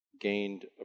gained